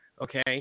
Okay